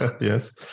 Yes